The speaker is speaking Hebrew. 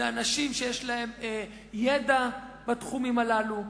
אלה אנשים שיש להם ידע בתחומים הללו,